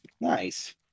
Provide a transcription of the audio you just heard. Nice